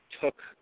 took